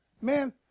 Man